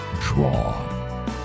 draw